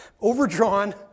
overdrawn